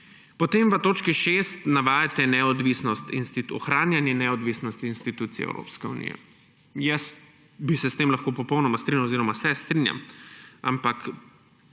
V 6. točki navajate ohranjanje neodvisnosti institucij Evropske unije. Jaz bi se s tem lahko popolnoma strinjal oziroma se strinjam, ampak